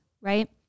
right